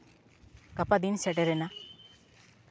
ᱜᱟᱯᱟ ᱫᱤᱱ ᱥᱮᱴᱮᱨᱮᱱᱟ